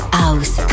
house